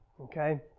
Okay